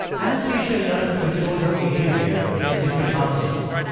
anastasia learned to control her behavior in different hot states,